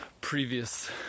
previous